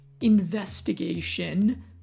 investigation